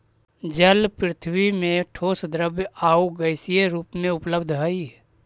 जल पृथ्वी में ठोस द्रव आउ गैसीय रूप में उपलब्ध हई